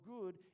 good